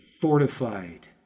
fortified